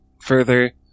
further